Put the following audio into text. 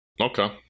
Okay